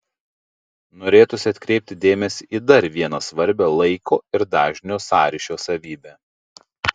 norėtųsi atkreipti dėmesį į dar vieną svarbią laiko ir dažnio sąryšio savybę